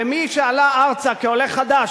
ומי שעלה ארצה כעולה חדש,